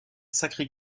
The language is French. sacré